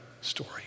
story